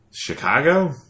Chicago